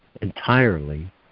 entirely